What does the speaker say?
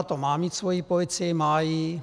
To má mít svoji policii, má ji.